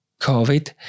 COVID